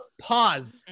paused